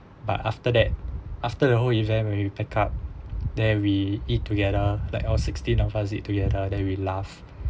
but after that after the whole event when you pick up there we eat together like all sixteen of us eat together then we laugh